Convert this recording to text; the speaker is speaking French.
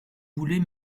voulez